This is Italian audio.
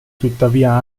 tuttavia